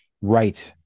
Right